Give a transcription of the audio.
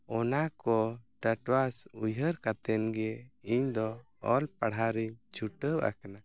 ᱚᱱᱟ ᱠᱚ ᱴᱟᱴᱚᱣᱟᱥ ᱩᱭᱦᱟᱹᱨ ᱠᱟᱛᱮᱫ ᱜᱮ ᱤᱧ ᱫᱚ ᱚᱞ ᱯᱟᱲᱦᱟᱣ ᱨᱮᱧ ᱪᱷᱩᱴᱟᱹᱣ ᱟᱠᱟᱱᱟ